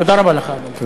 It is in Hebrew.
תודה רבה לך, אדוני.